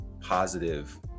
positive